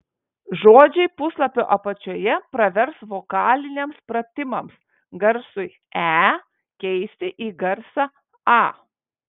žodžiai puslapio apačioje pravers vokaliniams pratimams garsui e keisti į garsą a